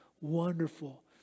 wonderful